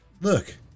Look